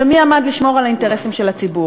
ומי עמד לשמור על האינטרסים של הציבור,